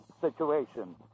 situation